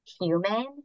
human